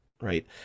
right